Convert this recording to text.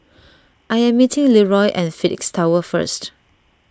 I am meeting Leeroy at Phoenix Tower first